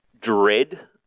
dread